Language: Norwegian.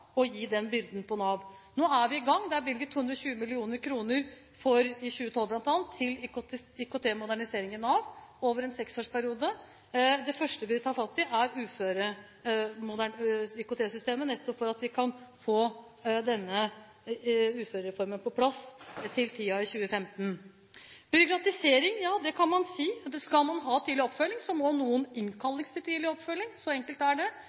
å legge den byrden på Nav. Nå er vi i gang. Det er bl.a. bevilget 220 mill. kr bl.a. i 2012 til IKT-modernisering av Nav over en seksårsperiode. Det første vi vil ta fatt i, er IKT-systemet, nettopp for å få denne uførereformen på plass til 2015. Så til byråkratisering: Skal man ha tidlig oppfølging, må noen innkalles til tidlig oppfølging, så enkelt er det,